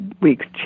week's